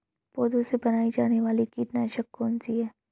पौधों से बनाई जाने वाली कीटनाशक कौन सी है?